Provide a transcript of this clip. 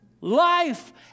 life